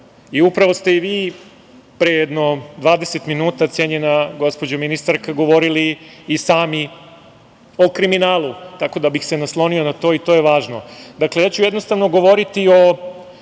Upravo ste i vi pre jedno 20 minuta, cenjena gospođo ministarka, govorili i sami o kriminalu, tako da bih se naslonio na to i to je važno. Dakle, jednostavno ću govoriti o